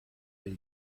will